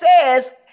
says